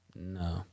No